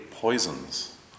Poisons